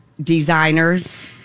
designers